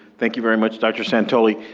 thank you very much, dr. santoli.